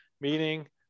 meaning